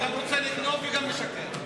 אתה רוצה לגנוב וגם לשקר.